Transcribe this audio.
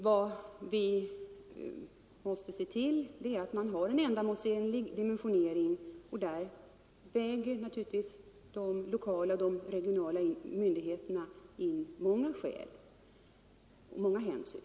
Vad vi måste se till är att få en ändamålsenlig dimensionering, och i det arbetet väger naturligtvis de lokala och de regionala myndigheterna in många hänsyn.